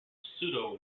pseudo